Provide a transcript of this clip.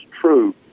true